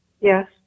Yes